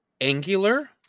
angular